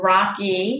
Rocky